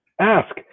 ask